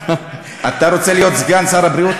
אתה רוצה להיות סגן שר הבריאות,